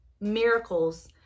miracles